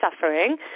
suffering